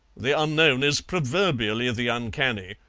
the unknown is proverbially the uncanny.